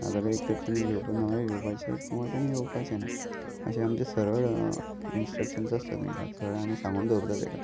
नाजाल्या एक तर तेणी घेवप नवें घेवपाचें किंवा तेणी येवपाचें ना अशें आमचें सरळ इंस्ट्रक्शन्स आसता तेंका सरळ आमी सांगून दवरता तेका